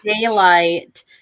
daylight